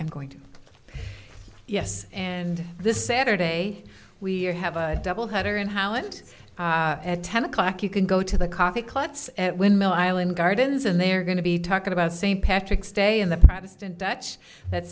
i'm going to yes and this saturday we're have a double header and how it at ten o'clock you can go to the coffee klotz at windmill island gardens and they're going to be talking about st patrick's day in the protestant dutch that